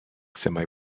semi